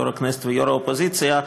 יו"ר הכנסת ויו"ר האופוזיציה.